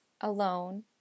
alone